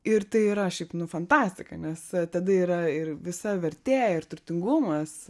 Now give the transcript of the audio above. ir tai yra šiaip nu fantastika nes tada yra ir visa vertė ir turtingumas